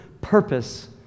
purpose